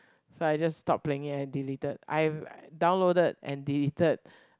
so I just stop playing and deleted I've downloaded and deleted